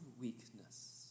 weakness